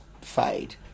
fade